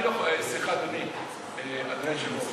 סליחה, אדוני היושב-ראש,